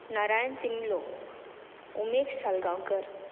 Narayan Timblo Umesh Salgaonkar